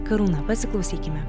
karūna pasiklausykime